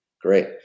Great